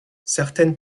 certaines